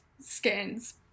Skins